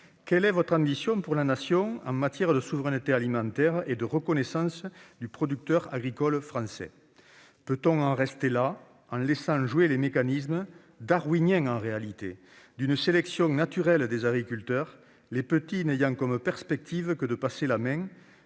Quelle est votre ambition pour la Nation en matière de souveraineté alimentaire et de reconnaissance du producteur agricole français ? Peut-on en rester là, en laissant jouer les mécanismes darwiniens d'une sélection naturelle des agriculteurs, les petits n'ayant comme perspective que de passer la main,